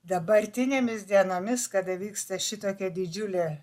dabartinėmis dienomis kada vyksta šitokia didžiulė